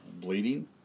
bleeding